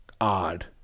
odd